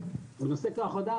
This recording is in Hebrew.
אז נושא כוח אדם,